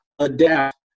adapt